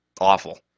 awful